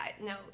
No